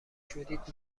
شدید